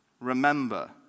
Remember